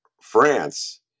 France